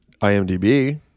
IMDb